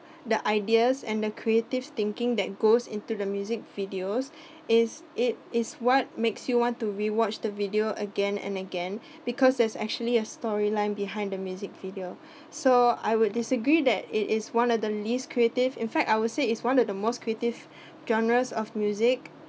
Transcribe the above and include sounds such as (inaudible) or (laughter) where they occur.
the ideas and the creative thinking that goes into the music videos (breath) is it is what makes you want to rewatch the video again and again because there's actually a story line behind the music video so I would disagree that it is one of the least creative in fact I would say is one of the most creative (breath) genres of music